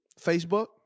Facebook